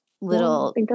little